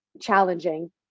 challenging